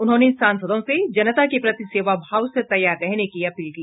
उन्होंने सांसदों से जनता के प्रति सेवा भाव से तैयार रहने की अपील की